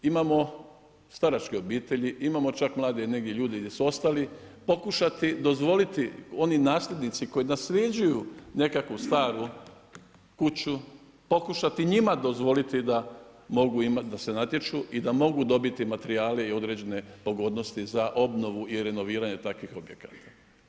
Imamo staračke obitelji, imamo čak mlade negdje ljude gdje su ostali, pokušati dozvoliti oni nasljednici koji nasljeđuju nekakvu staru kuću, pokušati njima dozvoliti da mogu imati da se natječu i da mogu dobiti materijale i određene pogodnosti za obnovu i renoviranje takvih objekata.